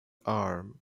arm